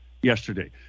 yesterday